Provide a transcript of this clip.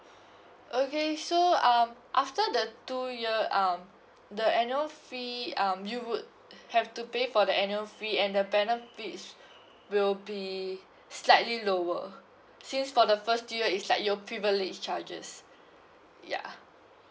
okay so um after the two year um the annual fee um you would have to pay for the annual free and the benefits will be slightly lower since for the first two years is like your privilege charges ya